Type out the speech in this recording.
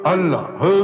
Allah